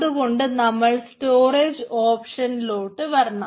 അതുകൊണ്ട് നമ്മൾ സ്റ്റോറേജ് ഓപ്ഷനിലോട്ട് വരണം